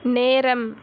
நேரம்